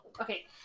Okay